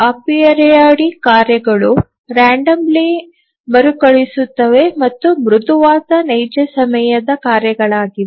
aperiodic ಕಾರ್ಯಗಳು ramdomly ಮರುಕಳಿಸುತ್ತವೆ ಮತ್ತು ಮೃದುವಾದ ನೈಜ ಸಮಯದ ಕಾರ್ಯಗಳಾಗಿವೆ